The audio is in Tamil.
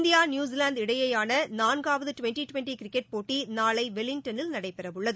இந்தியா நியுசிலாந்து இடையேயாள நான்காவது டுவெண்டி டுவெண்டி கிரிக்கெட் போட்டி நாளை வெலிங்டனில் நடைபெறவுள்ளது